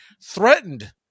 threatened